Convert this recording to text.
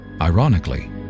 Ironically